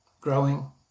growing